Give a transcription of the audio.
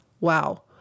wow